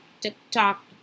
TikTok